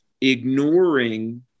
ignoring